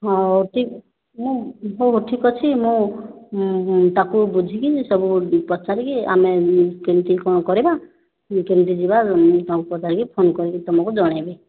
ହଉ ଠିକ୍ ନାଇଁ ହଉ ହଉ ଠିକ୍ ଅଛି ମୁଁ ତାକୁ ବୁଝିକି ସବୁ ପଚାରିକି ଆମେ କେମିତି କ'ଣ କରିବା କେମିତି ଯିବା ତାକୁ ପଚାରିକି ଫୋନ୍ କରିକି ତୁମକୁ ଜଣାଇବି